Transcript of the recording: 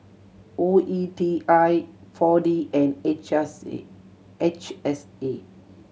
O E T I Four D and H R C H S A